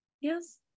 Yes